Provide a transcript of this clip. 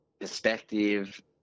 perspective